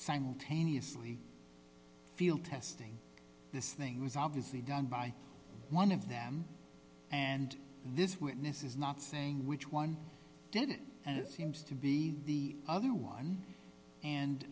simultaneously field testing this thing was obviously done by one of them and this witness is not saying which one did it and it seems to be the other one and